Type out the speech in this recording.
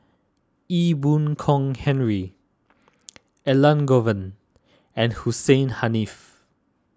Ee Boon Kong Henry Elangovan and Hussein Haniff